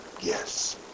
Yes